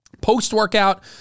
Post-workout